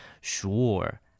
Sure